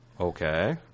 Okay